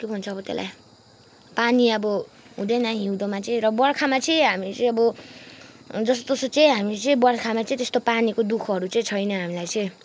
के भन्छ अब त्यसलाई पानी अब हुँदैन हिउँदोमा चाहिँ र बर्खामा चाहिँ हामी चाहिँ अब जसोतसो चाहिँ हामी चाहिँ बर्खामा चाहिँ त्यस्तो पानीको दु खहरू चाहिँ छैन हामीलाई चाहिँ